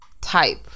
type